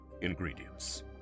ingredients